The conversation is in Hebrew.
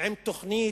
עם תוכנית,